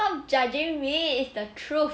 stop judging me it's the truth